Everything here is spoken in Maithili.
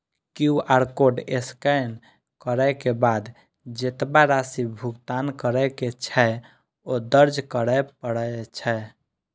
क्यू.आर कोड स्कैन करै के बाद जेतबा राशि भुगतान करै के छै, ओ दर्ज करय पड़ै छै